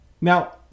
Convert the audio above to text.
now